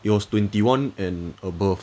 it was twenty one and above